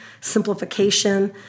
simplification